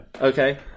Okay